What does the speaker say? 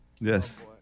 Yes